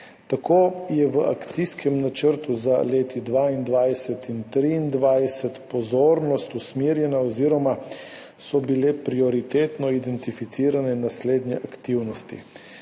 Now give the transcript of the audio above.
Tako je v akcijskem načrtu za leti 2022 in 2023 pozornost usmerjena oziroma so bile prioritetno identificirane naslednje aktivnosti.